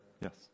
Yes